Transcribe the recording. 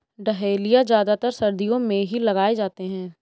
dahlia ज्यादातर सर्दियो मे ही लगाये जाते है